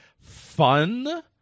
fun—